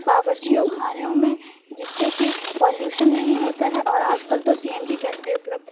باورچی خانوں میں جس سے کہ پالوشن نہیں ہوتا ہے اور آج کل تو سی این جی گیس بھی اپلبدھ ہے